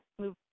move